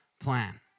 plan